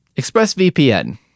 ExpressVPN